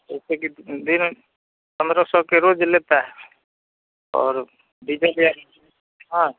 जैसे कि दिन पंद्रह सौ का रोज़ लेते हैं और डीजल के हाँ